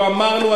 לא אמרנו,